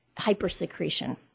hypersecretion